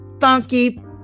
funky